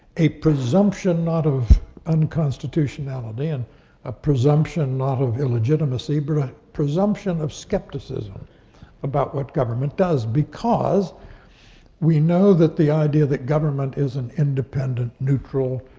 a presumption not of unconstitutionality and ah presumption not of illegitimacy, but a presumption of skepticism about what government does, because we know that the idea that government is an independent, neutral,